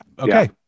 Okay